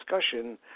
discussion